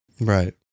right